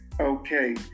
okay